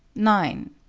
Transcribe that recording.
nine.